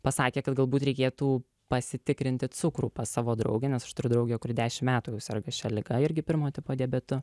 pasakė kad galbūt reikėtų pasitikrinti cukrų pas savo draugę nes aš turiu draugę kuri dešimt metų jau serga šia liga irgi pirmo tipo diabetu